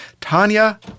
Tanya